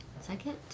Second